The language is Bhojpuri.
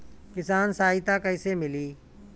किसान सहायता कईसे मिली?